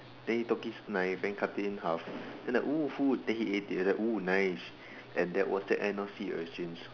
then he took his knife and cut it in half then like !woo! food then he ate it then like !woo! nice and that was the end of sea urchins